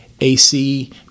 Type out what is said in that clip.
AC